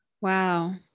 wow